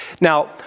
Now